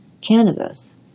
cannabis